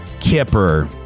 Kipper